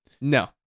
No